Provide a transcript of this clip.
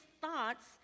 thoughts